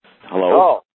Hello